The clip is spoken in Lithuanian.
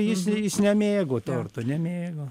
jis jis nemėgo torto nemėgo